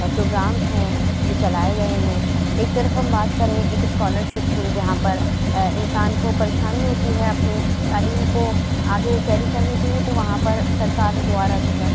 programmes ہیں جو چلائے گئے ہیں ایک طرف ہم بات کریں ایک اسکالرشپ کی جہاں پر انسان کو پریشانی ہوتی ہے اپنی تعلیم کو آگے کیری کرنے کے لیے تو وہاں پر سرکار دوارا جو ہے